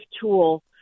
tool